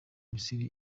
misiri